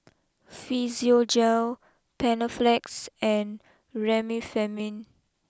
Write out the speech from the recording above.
Physiogel Panaflex and Remifemin